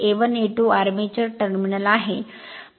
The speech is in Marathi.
A1 A2 आर्मेचर टर्मिनल आहे